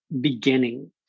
beginning